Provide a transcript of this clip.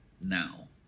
now